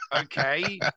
okay